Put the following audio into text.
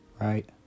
right